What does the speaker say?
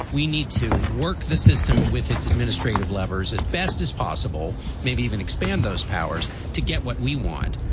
we need to work the system with its administrative levers as best as possible, maybe even expand those powers to get what we want,